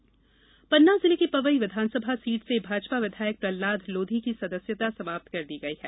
विधायक सदस्यता पन्ना जिले की पवई विधानसभा सीट से भाजपा विधायक प्रहलाद लोधी की सदस्यता समाप्त कर दी गई है